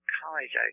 college